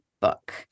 book